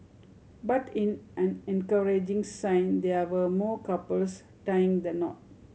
but in an encouraging sign there were more couples tying the knot